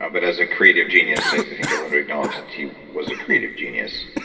ah but as a creative genius i think everyone would acknowledge that he was a creative genius,